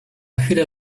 chwilę